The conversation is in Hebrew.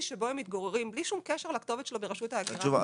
שבו הם מתגוררים בלי שום קשר לכתובת שלו ברשות ההגירה והאוכלוסין.